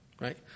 right